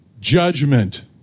judgment